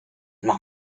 mach